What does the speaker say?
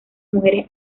mujeres